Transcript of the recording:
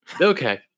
Okay